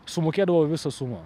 sumokėdavo visą sumą